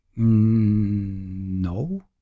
no